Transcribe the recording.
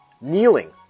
kneeling